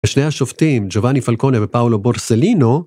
ושני השופטים, ג'ובאני פלקונה ופאולו בורסלינו,